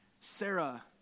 Sarah